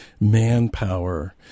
manpower